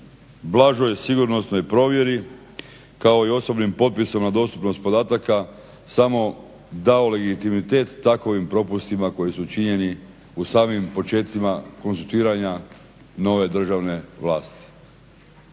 blažoj sigurnosnoj provjeri kao i osobnim potpisom na dostupnost podataka samo dao legitimitet takovim propustima koji su učinjeni u samim počecima konstituiranja nove državne vlasti.